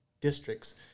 districts